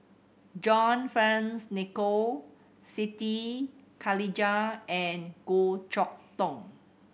John Fearns Nicoll Siti Khalijah and Goh Chok Tong